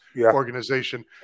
organization